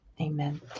Amen